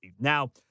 Now